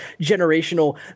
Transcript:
generational